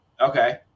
Okay